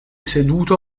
seduto